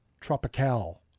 Tropical